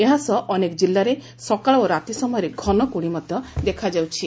ଏହାସହ ଅନେକ ଜିଲ୍ଲାରେ ସକାଳ ଓ ରାତି ସମୟରେ ଘନକୁହୁଡ଼ି ମଧ୍ଧ ଦେଖାଯାଉଛି